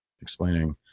explaining